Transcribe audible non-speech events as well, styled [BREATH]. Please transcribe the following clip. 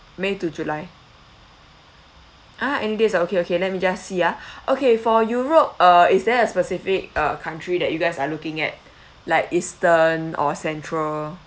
may to july ah any dates ah okay okay let me just see ah [BREATH] okay for europe uh is there a specific uh country that you guys are looking at like eastern or central